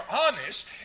honest